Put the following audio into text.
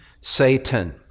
Satan